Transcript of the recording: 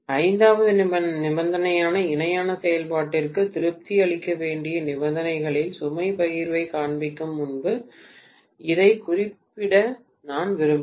ஐந்தாவது நிபந்தனையான இணையான செயல்பாட்டிற்கு திருப்தி அளிக்க வேண்டிய நிபந்தனைகளில் சுமை பகிர்வைக் காண்பிக்கும் முன் இதைக் குறிப்பிட நான் விரும்பவில்லை